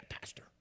pastor